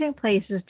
places